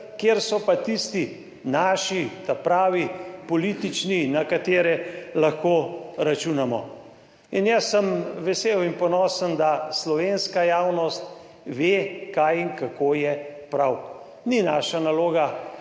kjer so pa tisti naši ta pravi politični, na katere lahko računamo. Jaz sem vesel in ponosen, da slovenska javnost ve kaj in kako je prav. Ni naša naloga